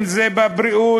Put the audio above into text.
אם בבריאות,